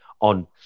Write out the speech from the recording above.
on